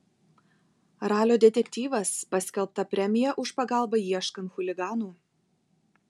ralio detektyvas paskelbta premija už pagalbą ieškant chuliganų